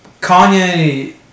Kanye